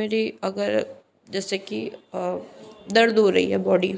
मेरी अगर जैसे की दर्द हो रही है बॉडी